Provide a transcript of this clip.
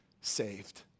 saved